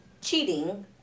cheating